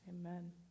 Amen